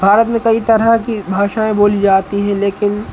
भारत में कई तरह की भाषाएँ बोली जाती हैं लेकिन